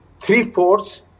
three-fourths